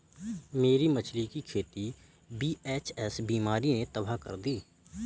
मेरी मछली की खेती वी.एच.एस बीमारी ने तबाह कर दी